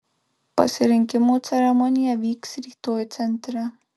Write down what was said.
pasirinkimo ceremonija vyks rytoj centre